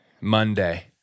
Monday